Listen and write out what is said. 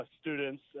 students